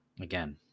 again